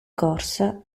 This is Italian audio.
corsa